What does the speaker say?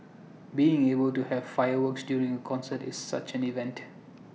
being able to have fireworks during A concert is such an event